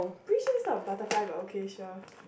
pretty sure is not butterfly but okay sure